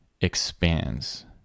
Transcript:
expands